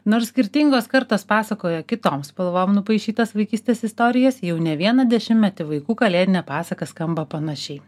nors skirtingos kartos pasakoja kitom spalvom nupaišytas vaikystės istorijas jau ne vieną dešimtmetį vaikų kalėdinė pasaka skamba panašiai